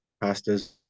Pasta's